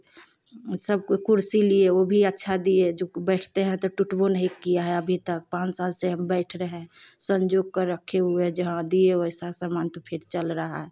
सब कुर्सी लिए वह भी अच्छा दिए जो बैठते हैं तो टूटबो नहीं किया है अभी तक पाँच साल से हम बैठ रहे संजोग कर रखे हुए है जो हं दिए वैसा समान तो फिर चल रहा